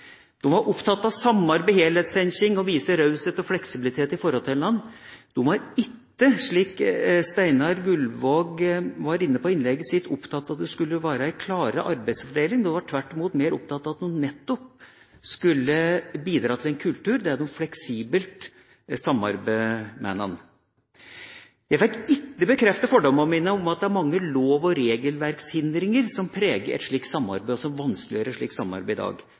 De var opptatt av samarbeid, helhetstenkning og å vise raushet og fleksibilitet overfor hverandre. De var ikke, som Steinar Gullvåg var inne på i innlegget sitt, opptatt av at det skulle være en klarere arbeidsfordeling. De var tvert imot mer opptatt av at de nettopp skulle bidra til en kultur der de fleksibelt samarbeidet med hverandre. Jeg fikk ikke bekreftet fordommene mine om at det er mange lov- og regelverkshindringer som preger et slikt samarbeid, og som vanskeliggjør et slikt samarbeid i dag.